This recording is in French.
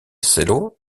selo